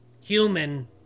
human